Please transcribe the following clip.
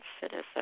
citizen